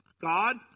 God